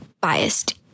biased